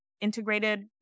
integrated